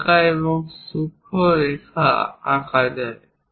হালকা এবং সূক্ষ্ম রেখা আঁকা যায়